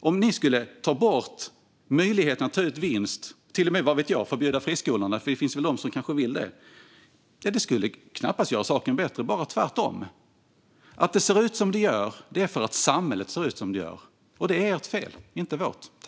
Om ni skulle ta bort möjligheten att ta ut vinst, till och med förbjuda friskolorna - vad vet jag, det finns de som vill göra det - skulle det knappast göra saken bättre, utan tvärtom. Att det ser ut som det gör beror på att samhället ser ut som det gör, och det är ert fel, inte vårt.